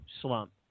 slump